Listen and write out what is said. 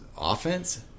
offense